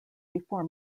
before